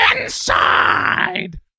Inside